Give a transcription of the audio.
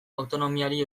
autonomiari